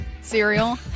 cereal